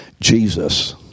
Jesus